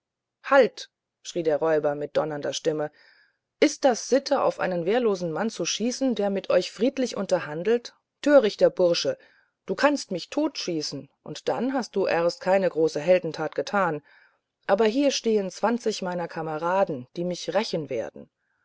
halt schrie der räuber mit donnernder stimme ist das sitte auf einen wehrlosen mann zu schießen der mit euch friedlich unterhandelt törichter bursche du kannst mich totschießen und dann hast du erst keine große heldentat getan aber hier stehen zwanzig meiner kameraden die mich rächen werden